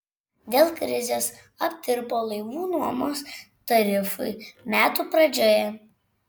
dėl krizės aptirpo laivų nuomos tarifai metų pradžioje